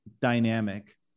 dynamic